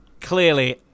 Clearly